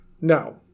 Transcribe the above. No